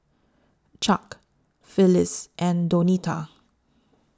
Chuck Phillis and Donita